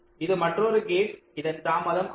இது மற்றொரு கேட் இதன் தாமதம் 6